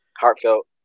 Heartfelt